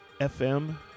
FM